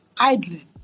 idling